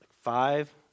five